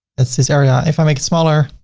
that's this area if i make it smaller,